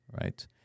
Right